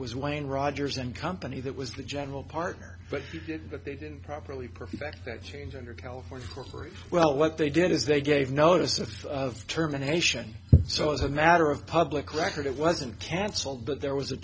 was wayne rodgers and company that was the general partner but he did but they didn't properly perfect that change under california corporation well what they did is they gave notice of terminations so as a matter of public record it wasn't cancelled but there was a